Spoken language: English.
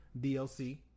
DLC